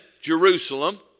Jerusalem